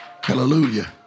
Hallelujah